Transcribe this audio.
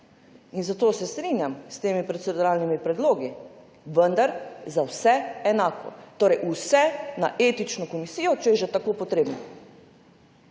Zato se strinjam s temi proceduralnimi predlogi, vendar za vse enako. Torej vse na etično komisijo, če je že tako potrebno.